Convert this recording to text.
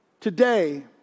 today